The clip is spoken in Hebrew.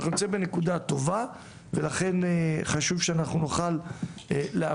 אנחנו נמצאים בנקודה טובה לכן חשוב שאנחנו נוכל לאפשר